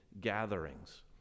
gatherings